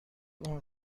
اون